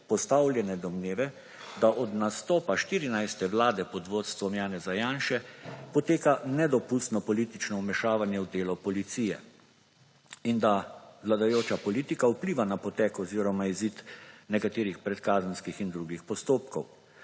postavljene domneve, da od nastopa 14. vlade pod vodstvom Janeza Janše poteka nedopustno politično vmešavanje v delo policije in da vladajoča politika vpliva na potek oziroma izid nekaterih predkazenskih in drugih postopkov.